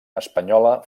espanyola